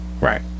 Right